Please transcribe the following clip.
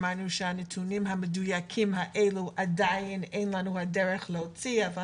אמרנו שעדיין אין לנו דרך להוציא את הנתונים המדויקים